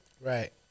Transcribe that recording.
Right